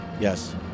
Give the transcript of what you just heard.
Yes